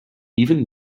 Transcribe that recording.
even